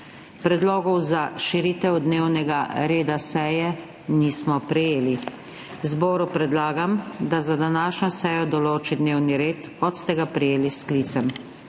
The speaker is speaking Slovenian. Predlogov za širitev dnevnega reda seje nismo prejeli, zboru predlagam, da za današnjo sejo določi dnevni red kot ste ga prejeli s sklicem.